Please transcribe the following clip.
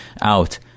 out